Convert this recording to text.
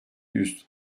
yüz